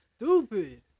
Stupid